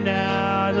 now